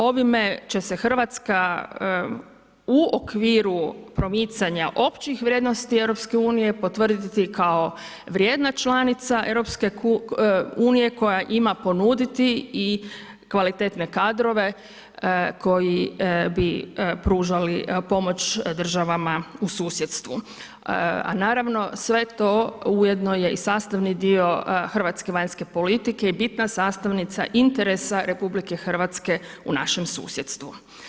Ovime će se Hrvatska, u okviru promicanja općih vrijednosti EU, potvrditi kao vrijedna članica EU koja ima ponuditi i kvalitetne kadrove koji bi pružali pomoć državama u susjedstvu, a naravno, sve to, ujedno je i sastavni dio hrvatske vanjske politike i bitna sastavnica interesa RH u našem susjedstvu.